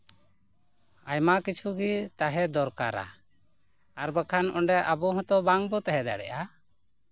ᱟᱭᱢᱟ ᱠᱤᱪᱷᱩ ᱜᱮ ᱛᱟᱦᱮᱸ ᱫᱚᱨᱠᱟᱨᱟ ᱟᱨ ᱵᱟᱠᱷᱟᱱ ᱚᱸᱰᱮ ᱟᱵᱚ ᱦᱚᱸᱛᱚ ᱵᱟᱝᱵᱚ ᱛᱟᱦᱮᱸ ᱫᱟᱲᱮᱭᱟᱜᱼᱟ